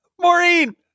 Maureen